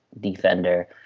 defender